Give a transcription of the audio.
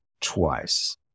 twice